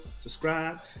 subscribe